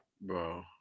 bro